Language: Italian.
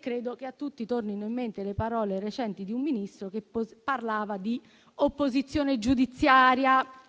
Credo che a tutti tornino in mente le parole recenti di un Ministro che parlava di opposizione giudiziaria